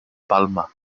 palma